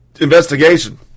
investigation